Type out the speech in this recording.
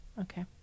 Okay